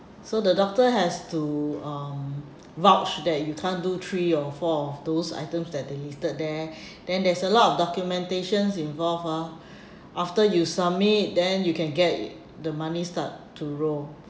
so the doctor has to um vouch that you can't do three or four of those items that they listed there then there's a lot of documentation involved ah after you submit then you can get the money start to roll